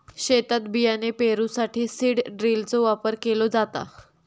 शेतात बियाणे पेरूसाठी सीड ड्रिलचो वापर केलो जाता